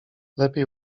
lepiej